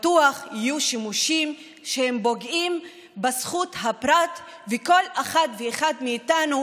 בטוח יהיו שימושים שפוגעים בזכויות הפרט ובכל אחת ואחד מאיתנו,